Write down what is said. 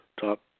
top